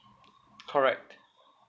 correct